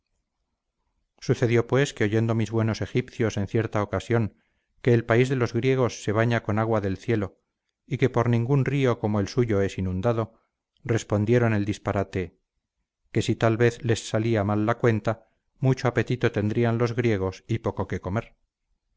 sucedió pues que oyendo mis buenos egipcios en cierta ocasión que el país de los griegos se baña con agua del cielo y que por ningún río como el suyo es inundado respondieron el disparate que si tal vez les salía mal la cuenta mucho apetito tendrían los griegos y poco que comer